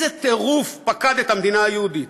איזה טירוף פקד את המדינה היהודית?